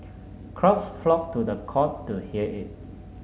crowds flocked to the court to hear it